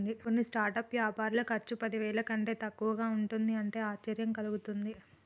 కొన్ని స్టార్టప్ వ్యాపారుల ఖర్చు పదివేల కంటే తక్కువగా ఉంటుంది అంటే ఆశ్చర్యం కలుగుతుంది